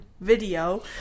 video